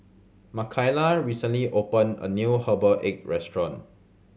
Makaila recently opened a new herbal egg restaurant